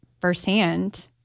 firsthand